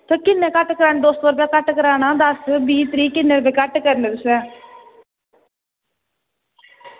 तुस किन्ना घट्ट कराना दो सौ रपेआ घट्ट कराना दस्स बीह् त्रीह् किन्ने रपेऽ घट्ट करने तुसें